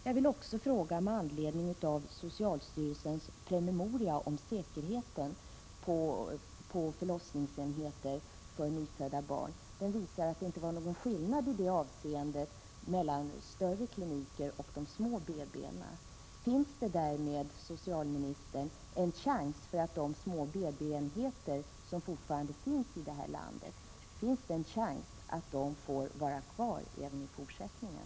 Jag vill också fråga med anledning av socialstyrelsens promemoria om säkerheten på förlossningsenheter för nyfödda barn. Den visar att det inte är någon skillnad i det avseendet mellan större kliniker och de små BB enheterna. Finns det därmed, socialministern, en chans för att de små BB-enheter som fortfarande finns i landet får vara kvar även i framtiden?